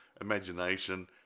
imagination